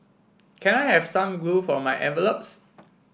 can I have some glue for my envelopes